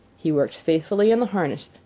he worked faithfully in the harness,